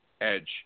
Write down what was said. Edge